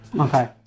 Okay